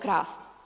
Krasno.